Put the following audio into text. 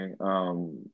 Okay